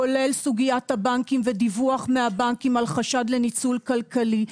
כולל סוגיית הבנקים ודיווח מהבנקים על חשד לניצול כלכלי,